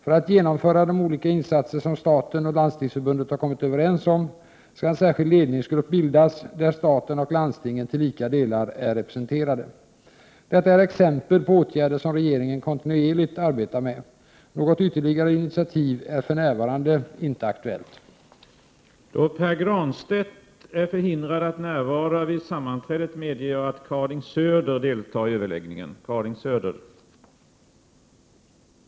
För att genomföra de olika insatser som staten och Landstingsförbundet har kommit överens om skall en särskild ledningsgrupp bildas, där staten och landstingen till lika delar är representerade. Detta är exempel på åtgärder som regeringen kontinuerligt arbetar med. Något ytterligare initiativ är för närvarande inte aktuellt.